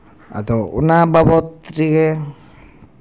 ᱟᱫᱚ ᱚᱱᱟ ᱵᱟᱵᱚᱫ ᱨᱮᱜᱮ